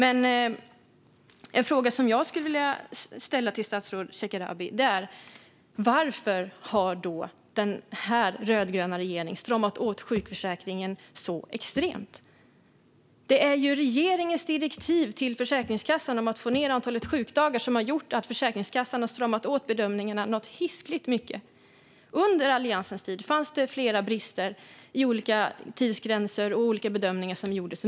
En fråga som jag skulle vilja ställa till statsrådet Shekarabi är varför den rödgröna regeringen har stramat åt sjukförsäkringen så extremt. Det är ju regeringens direktiv till Försäkringskassan om att få ned antalet sjukdagar som har gjort att Försäkringskassan har stramat åt bedömningarna något hiskeligt. Under Alliansens tid fanns det fanns det flera brister i olika tidsgränser och olika bedömningar som gjordes.